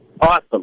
awesome